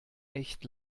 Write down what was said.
echt